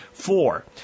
Four